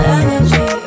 energy